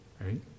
right